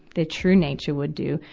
their true nature would do,